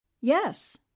yes